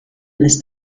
ist